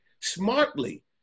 smartly